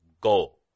Go